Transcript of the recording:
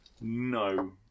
No